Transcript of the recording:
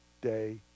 day